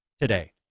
today